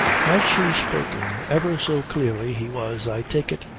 had she spoken ever so clearly he was, i take it,